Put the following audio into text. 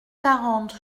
quarante